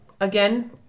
again